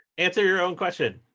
answer your own question.